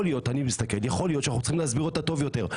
יכול להיות שאנחנו צריכים להסביר אותה טוב יותר.